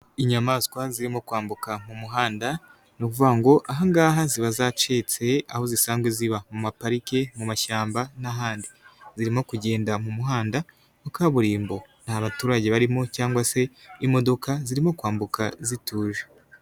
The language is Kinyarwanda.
Inyamaswa zirimo kwambuka mu muhanda ni ukuvuga ngo aha ngaha ziba zacitse aho zisanzwe ziba mu mapariki, mu mashyamba n'ahandi, zirimo kugenda mu muhanda wa kaburimbo nta baturage barimo cyangwa se imodoka zirimo kwambuka zituje.